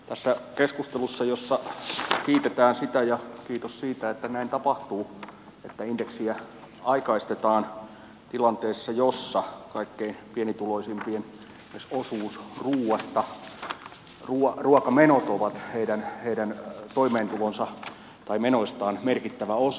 tässä keskustelussa kiitetään sitä ja kiitos siitä että näin tapahtuu että indeksiä aikaistetaan tilanteessa jossa kaikkein pienituloisimpien ruokamenot ovat heidän menoistaan merkittävä osa